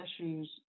issues